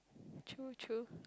true true